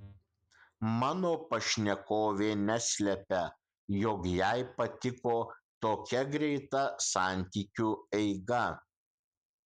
mano pašnekovė neslepia jog jai patiko tokia greita santykiu eiga